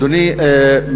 אדוני,